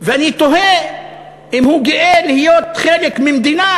ואני תוהה אם הוא גאה להיות חלק ממדינה